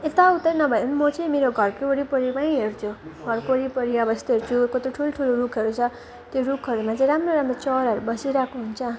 यताउतै नभए पनि म चाहिँ मेरो घरको वरिपरिमै हेर्छु घरको वरिपरि अब यस्तो हेर्छु कत्रो ठुल्ठुलो रुखहरू छ त्यो रुखहरूमा चाहिँ राम्रो राम्रो चराहरू बसिरहेको हुन्छ